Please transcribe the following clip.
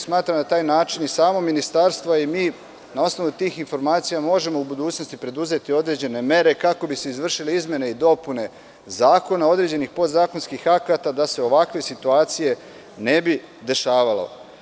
Smatram da na taj način i samo Ministarstvo i mi na osnovu tih informacija možemo u budućnosti preduzeti određene mere, kako bi se izvršile izmene i dopune zakona, određenih podzakonskih akta, da se ovakve situacije ne bi dešavale.